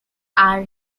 are